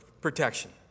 protection